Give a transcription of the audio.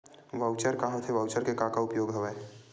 Voucher का होथे voucher के का उपयोग हवय?